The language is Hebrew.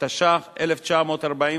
התש"ח 1948,